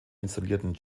installierten